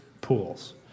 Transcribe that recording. pools